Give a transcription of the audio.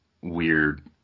weird